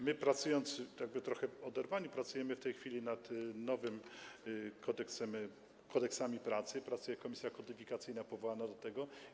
My, pracując jakby trochę w oderwaniu, pracujemy w tej chwili nad nowymi kodeksami pracy i pracuje komisja kodyfikacyjna powołana do tego.